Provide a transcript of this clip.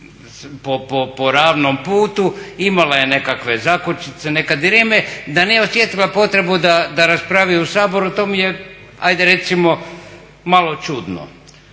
po ravnom putu, imala je nekakve zakočice, neke dileme, da nije osjetila potrebu da raspravi u Saboru, to mi je, ajde recimo malo čudno.